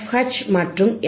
H மற்றும் F